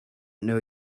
know